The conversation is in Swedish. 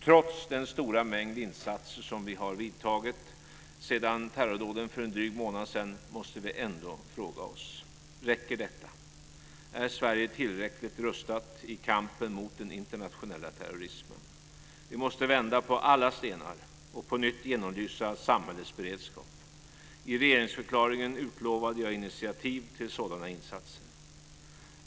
Trots den stora mängd insatser som vi har vidtagit sedan terrordåden för en dryg månad sedan måste vi ändå fråga oss: Räcker detta? Är Sverige tillräckligt rustat i kampen mot den internationella terrorismen? Vi måste vända på alla stenar och på nytt genomlysa samhällets beredskap. I regeringsförklaringen utlovade jag initiativ till sådana insatser.